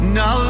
Now